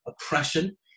oppression